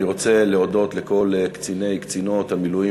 אני רוצה להודות לכל קציני וקצינות המילואים,